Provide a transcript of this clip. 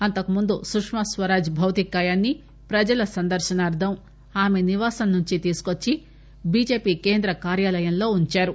అంతకుముందు సుష్మాస్వరాజ్ భౌతిక కాయాన్ని ప్రజల సందర్భనార్లం ఆమె నివాసం నుంచి తీసుకువచ్చి బీజేపీ కేంద్ర కార్యాలయంలో ఉంచారు